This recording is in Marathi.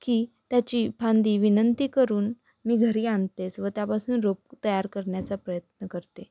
की त्याची फांदी विनंती करून मी घरी आणतेच व त्यापासून रोप तयार करण्याचा प्रयत्न करते